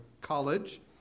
college